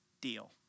deal